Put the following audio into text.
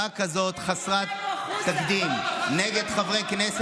למה לא הגנת